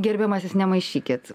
gerbiamasis nemaišykit